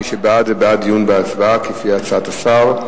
מי שבעד זה בעד דיון בוועדה, כפי הצעת השר.